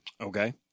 Okay